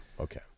okay